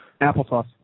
Applesauce